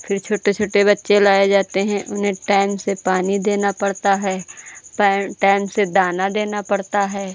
फिर छोटे छोटे बच्चे लाए जाते हैं उन्हें टाएम से पानी देना पड़ता है टाए टाएम से दाना देना पड़ता है